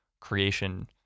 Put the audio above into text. creation